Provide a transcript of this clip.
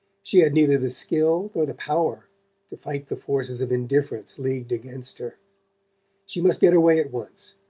she had neither the skill nor the power to fight the forces of indifference leagued against her she must get away at once,